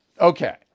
Okay